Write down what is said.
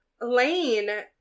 Lane